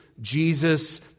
Jesus